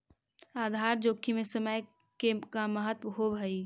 आधार जोखिम में समय के का महत्व होवऽ हई?